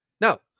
No